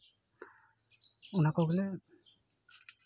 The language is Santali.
ᱚᱱᱟ ᱠᱚᱜᱮᱞᱮ